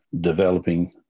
developing